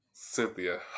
Cynthia